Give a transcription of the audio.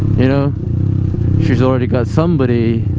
you know she's already got somebody